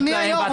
ממני.